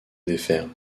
défaire